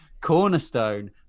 Cornerstone